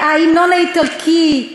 ההמנון האיטלקי,